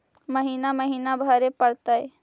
महिना महिना भरे परतैय?